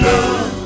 Love